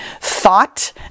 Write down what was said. thought